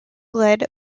led